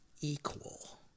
equal